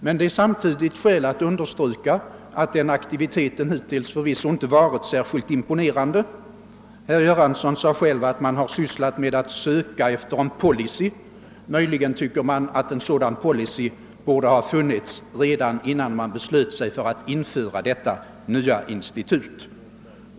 Men det är också skäl att samtidigt understryka att aktiviteten hittills förvisso inte varit särskilt imponerande. Herr Göransson sade att man har sysslat med att söka efter en policy. Möjligen kan det sägas att en sådan policy borde ha funnits redan innan man beslöt sig för att införa detta nya institut.